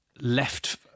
left